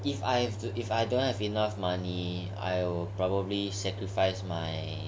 if I have to if I don't have enough money I'll probably sacrifice my